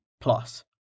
plus